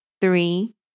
three